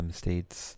states